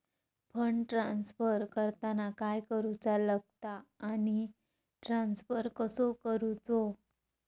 Fund transfer करताना काय करुचा लगता आनी ट्रान्स्फर कसो करूचो?